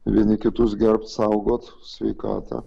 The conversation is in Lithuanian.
vieni kitus gerbt saugot sveikatą